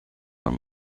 man